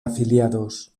afiliados